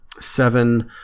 seven